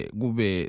gube